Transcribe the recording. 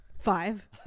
five